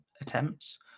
attempts